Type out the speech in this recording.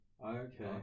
Okay